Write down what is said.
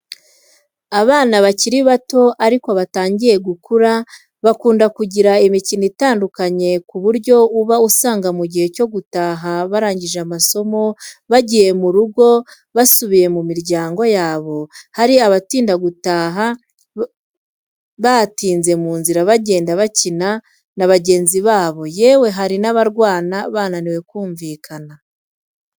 Abana bakiri bato ariko batangiye gukura, bakunda kugira imikino itandukanye ku buryo uba usanga mu gihe cyo gutaha barangije amasomo bagiye mu rugo basubiye mu miryango yabo, hari abatinda gutaha batinze mu nzira bagenda bakina na bagenzi babo yewe harimo n'abarwana bananiwe kumvikana.